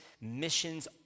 missions